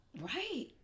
Right